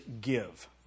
give